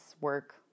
work